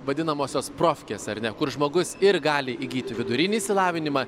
vadinamosios profkės ar ne kur žmogus ir gali įgyti vidurinį išsilavinimą